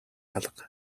алга